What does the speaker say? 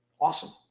awesome